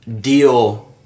deal